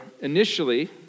initially